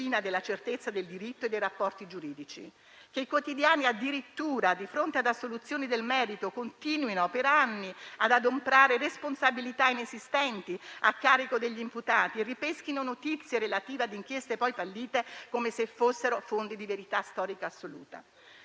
di fucina della certezza del diritto e dei rapporti giuridici, così come il fatto che i quotidiani, addirittura di fronte ad assoluzioni nel merito, continuino per anni ad adombrare responsabilità inesistenti a carico degli imputati e ripeschino notizie relative a inchieste poi fallite, come se fossero fonti di verità storica assoluta.